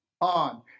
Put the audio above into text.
on